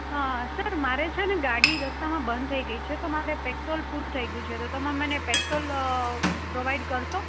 હા સર મારે છે ને ગાડી રસ્તામાં બંદ થઈ ગઈ છે તો મારે પેટ્રોલ પૂરું થઈ ગ્યું છે તો તમે મને પેટ્રોલ પ્રોવાઈડ કરશો